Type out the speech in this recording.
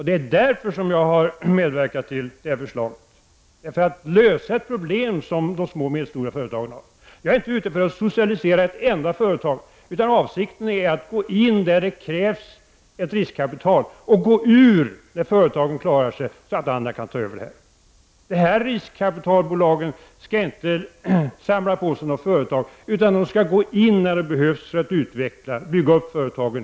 Det är för att lösa ett problem som de små och medelstora företagen i dag har som jag har medverkat till det här förslaget. Jag är inte ute efter att socialisera något företag, utan avsikten är att gripa in där det krävs riskkapital och upphöra med det när företagen klarar sig själva. Dessa riskkapitalbolag skall inte samla på sig några företag, utan de skall agera när det behövs för att bygga upp företagen.